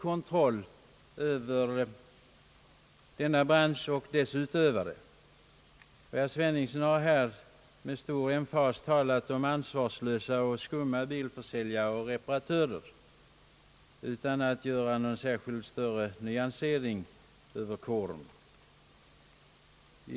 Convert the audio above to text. Herr Sveningsson har här med stor emfas talat om ansvarslösa och skumma bilförsäljare och reparatörer utan att göra någon särskild nyansering när det gäller denna kår.